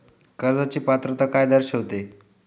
कर्जाची पात्रता काय दर्शविते?